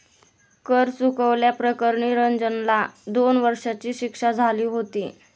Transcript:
कर चुकवल्या प्रकरणी रंजनला दोन वर्षांची शिक्षा झाली होती